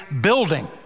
building